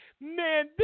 man